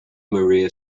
maria